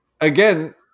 again